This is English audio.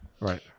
Right